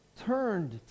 turned